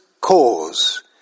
cause